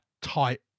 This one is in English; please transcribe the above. tight